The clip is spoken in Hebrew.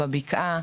בבקעה,